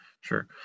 sure